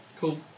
Cool